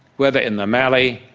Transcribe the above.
whether in the mallee,